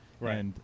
Right